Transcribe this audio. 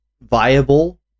viable